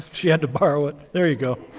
she had to borrow it. there you go.